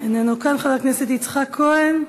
איננו כאן, חבר הכנסת יצחק כהן,